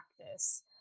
practice